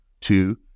two